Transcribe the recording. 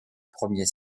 premier